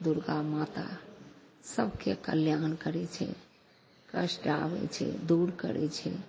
दुरगामाता सभके कल्याण करै छै कष्ट आबै छै दूर करै छै